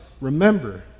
remember